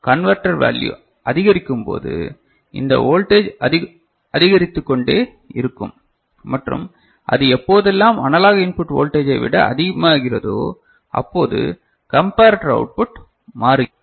counter value அதிகரிக்கும் போது இந்த ஓல்ட் ஏஜ் அதிகரித்துக் கொண்டே இருக்கும் மற்றும் அது எப்போதெல்லாம் அனலாக் இன்புட் வோல்டேஜ் விட அதிகமாகிறதோ அப்போது கம்பரட்டர் அவுட்புட் மாறுகிறது